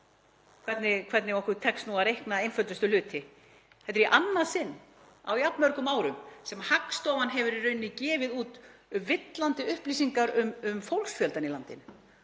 hvernig okkur tekst að reikna einföldustu hluti. Þetta er í annað sinn á jafn mörgum árum sem Hagstofan hefur í rauninni gefið út villandi upplýsingar um fólksfjöldann í landinu.